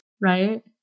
Right